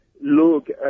look